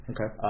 Okay